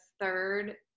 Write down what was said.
third